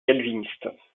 calvinistes